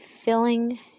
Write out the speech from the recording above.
Filling